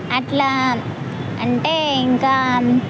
అట్లా అంటే ఇంకా